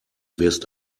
wirst